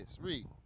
Read